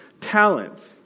talents